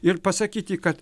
ir pasakyti kad